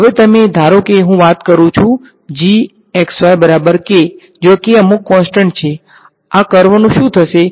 હવે તમે ધારો કે હું વાત કરું છું કે જ્યાં k અમુક કોન્સટંટ છે આ કર્વનું શું થશે